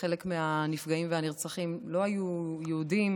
חלק מהנפגעים והנרצחים לא היו יהודים,